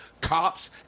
cops